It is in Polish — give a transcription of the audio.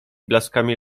blaskami